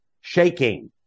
shaking